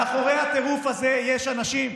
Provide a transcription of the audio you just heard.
מאחורי הטירוף הזה יש אנשים,